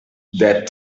that